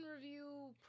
review